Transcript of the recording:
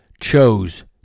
chose